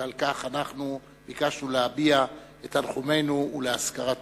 ועל כך ביקשנו להביע את תנחומינו ולעשות להזכרת